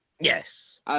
Yes